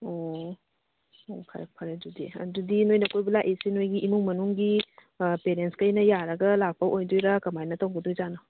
ꯑꯣ ꯑꯣ ꯐꯔꯦ ꯐꯔꯦ ꯑꯗꯨꯗꯤ ꯑꯗꯨꯗꯤ ꯅꯣꯏꯅ ꯀꯣꯏꯕ ꯂꯥꯛꯏꯁꯦ ꯅꯣꯏꯒꯤ ꯏꯃꯨꯡ ꯃꯅꯨꯡꯒꯤ ꯄꯦꯔꯦꯟꯁꯈꯩꯅ ꯌꯥꯔꯒ ꯂꯥꯛꯄ ꯑꯣꯏꯗꯣꯏꯔ ꯀꯃꯥꯏꯅ ꯇꯧꯒꯗꯣꯏꯖꯥꯠꯅꯣ